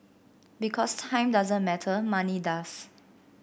because time doesn't matter money does